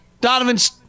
Donovan's